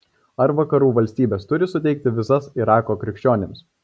ar vakarų valstybės turi suteikti vizas irako krikščionims